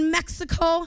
Mexico